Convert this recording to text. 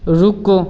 रुको